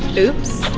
oops.